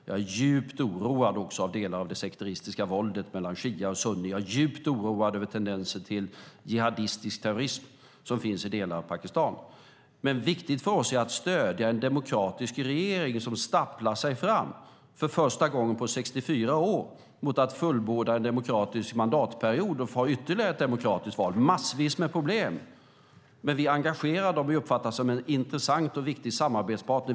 Jag är djupt oroad också av delar av det sekteristiska våldet mellan shia och sunni, och jag är djupt oroad över tendenser till jihadistisk terrorism som finns i delar av Pakistan. Men viktigt för oss är att stödja en demokratisk regering som stapplar sig fram, för första gången på 64 år, mot att fullborda en demokratisk mandatperiod och ha ytterligare ett demokratiskt val. Det är massvis med problem, men vi är engagerade och uppfattas som en intressant och viktig samarbetspartner.